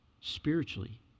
spiritually